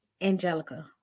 Angelica